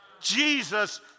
Jesus